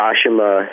Ashima